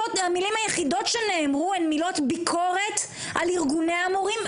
המילים היחידות שנאמרו הן מילות ביקורת על ארגוני המורים,